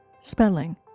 spelling